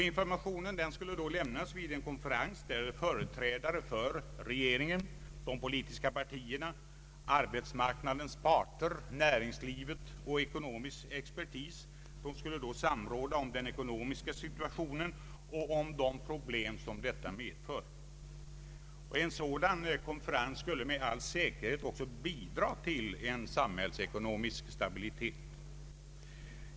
Informationen bör lämnas vid en konferens där företrädare för regeringen, de politiska partierna, arbetsmarknadens parter, näringslivet och ekonomisk expertis samråder om den ekonomiska situationen och om de problem som denna medför. En sådan konferens skulle med all säkerhet också bidra till samhällsekonomisk stabilitet.